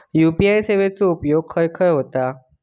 UPI सेवेचा उपयोग खाय खाय होता?